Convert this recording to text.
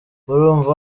urumva